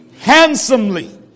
handsomely